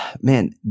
Man